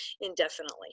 indefinitely